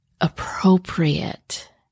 appropriate